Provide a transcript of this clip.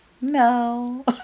no